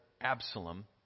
Absalom